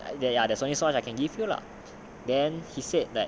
there ya there's only one I can give you lah then he said that